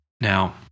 Now